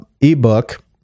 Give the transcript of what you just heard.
ebook